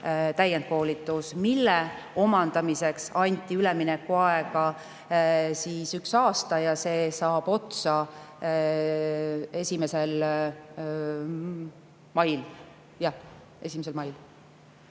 täiendkoolitus, mille omandamiseks anti üleminekuaega üks aasta ja see saab otsa 1. mail,